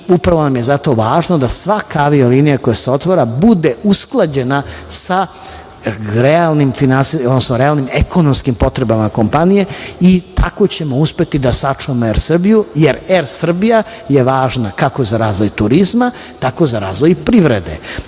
i upravo nam je zato važno da svaka avio linija koja se otvara bude usklađena sa realnim ekonomskim potrebama avio kompanije i tako ćemo uspeti da sačuvamo „Er Srbiju“ je „Er Srbija“ je važna kako za razvoj turizma, tako i za razvoj privrede. Mi